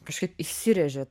kažkaip įsirėžė